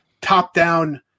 top-down